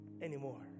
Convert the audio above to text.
anymore